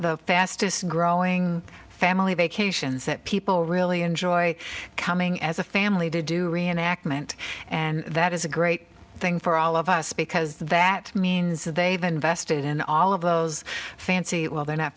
the fastest growing family vacations that people really enjoy coming as a family to do reenactment and that is a great thing for all of us because that means they've invested in all of those fancy well they're not